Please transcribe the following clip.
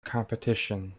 competition